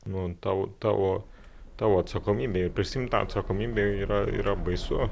nuo tau tavo tavo atsakomybė ir prisiimt tą atsakomybę yra yra baisu